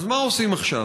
אז מה עושים עכשיו?